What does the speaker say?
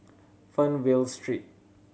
Fernvale Street